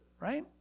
right